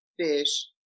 fish